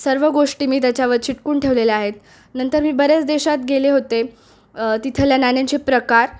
सर्व गोष्टी मी त्याच्यावर चिटकवून ठेवल्या आहेत नंतर मी बऱ्याच देशात गेले होते तिथल्या नाण्यांचे प्रकार